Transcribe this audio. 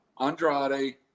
Andrade